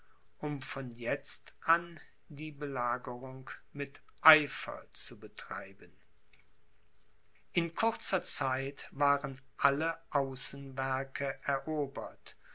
um von jetzt an die belagerung mit eifer zu betreiben in kurzer zeit waren alle außenwerke erobert